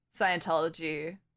Scientology